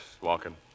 walking